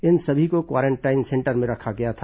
इन सभी को quarantine centre में रखा गया था